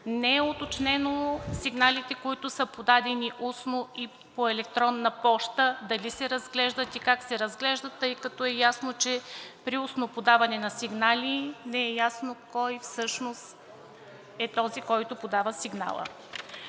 Не е уточнено сигналите, които са подадени устно и по електронна поща, дали се разглеждат и как се разглеждат, тъй като е ясно, че при устно подаване на сигнали не е ясно кой всъщност е този, който подава сигнала.